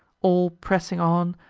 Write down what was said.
all pressing on,